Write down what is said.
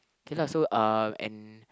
K lah so uh and